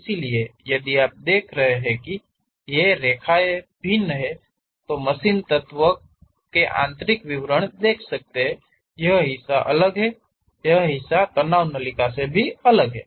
इसलिए यदि आप देख रहे हैं कि ये रेखाएँ भिन्न हैं तो मशीन तत्व एक के आंतरिक विवरण देख सकते हैं यह हिस्सा अलग है यह हिस्सा तनाव नलिका से अलग है